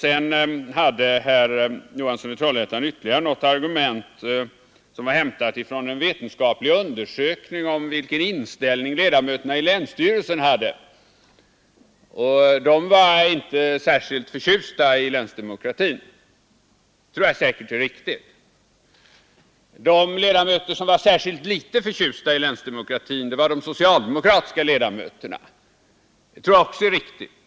Sedan hade herr Johansson i Trollhättan ytterligare något argument som var hämtat från en vetenskaplig undersökning av vilken inställning ledamöterna i länsstyrelsen hade. De var inte särskilt förtjusta i länsdemokratin. Det tror jag säkert är riktigt. De ledamöter som var särskilt litet förtjusta i länsdemokratin var de socialdemokratiska. Det tror jag också är riktigt.